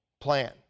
plan